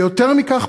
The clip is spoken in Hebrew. ויותר מכך,